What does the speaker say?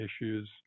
issues